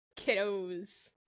Kiddos